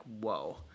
whoa